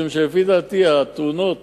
משום שלפי דעתי התאונות